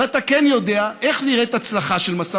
ואתה כן יודע איך נראית הצלחה של מסע